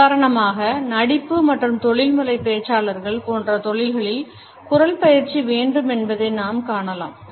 உதாரணமாக நடிப்பு மற்றும் தொழில்முறை பேச்சாளர்கள் போன்ற தொழில்களில் குரல் பயிற்சி வேண்டும் என்பதை நாம் காணலாம்